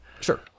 Sure